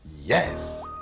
Yes